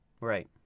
right